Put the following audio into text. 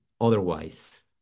otherwise